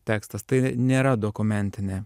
tekstas tai nėra dokumentinė